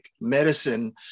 medicine